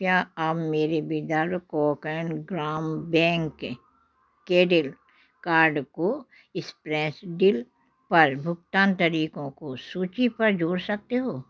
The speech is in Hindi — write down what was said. क्या आप मेरे विदर्भ कोंकण ग्राम बैंक केडिल कार्ड को स्प्रेसडील पर भुगतान तरीकों को सूची पर जोड़ सकते हो